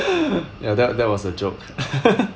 ya that that was a joke